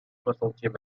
soixantième